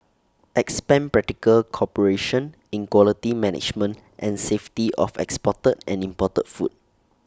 expand practical cooperation in quality management and safety of exported and imported food